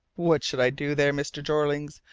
what should i do there, mr. jeorling,